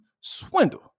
swindle